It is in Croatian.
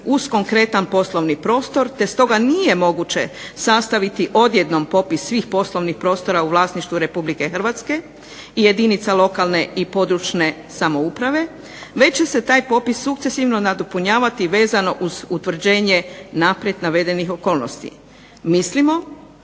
uz konkretan poslovni prostor te stoga nije moguće sastaviti odjednom popis svih poslovnih prostora u vlasništvu RH i jedinica lokalne i područne samouprave već će se taj popis sukcesivno nadopunjavati vezano uz utvrđenje naprijed navedenih okolnosti. Mislimo